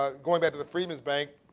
ah going back to the freedman's bank,